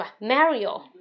Mario